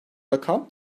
rakam